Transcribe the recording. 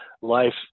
life